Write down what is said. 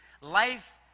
life